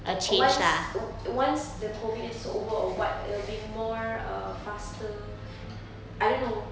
once once the COVID is over or what there will be more err faster I don't know